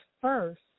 first